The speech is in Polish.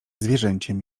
zwierzęciem